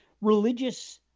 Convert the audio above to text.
religious